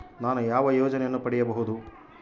ನಾನು ಯಾವ ಯೋಜನೆಯನ್ನು ಪಡೆಯಬಹುದು?